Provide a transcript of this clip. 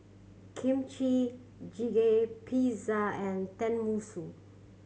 Kimchi Jjigae Pizza and Tenmusu